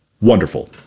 wonderful